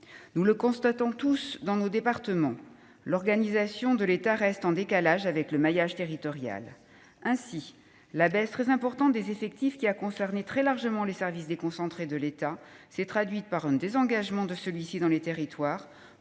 Nous le constatons tous, dans nos départements : l'organisation de l'État reste en décalage avec le maillage territorial. Ainsi, la baisse très importante des effectifs des services déconcentrés de l'État s'est traduite par un désengagement de celui-ci dans les territoires,